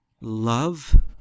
love